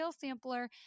sampler